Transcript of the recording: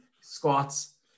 squats